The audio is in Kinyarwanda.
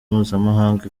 mpuzamahanga